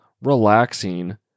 Relaxing